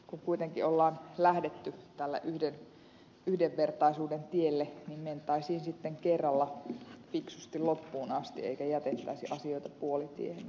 kun kuitenkin on lähdetty tälle yhdenvertaisuuden tielle niin mentäisiin sitten kerralla fiksusti loppuun asti eikä jätettäisi asioita puolitiehen